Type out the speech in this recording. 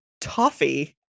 Toffee